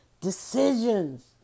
decisions